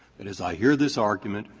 and as i hear this argument,